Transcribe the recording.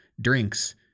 drinks